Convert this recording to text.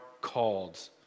called